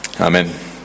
Amen